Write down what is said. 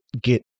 get